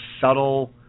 subtle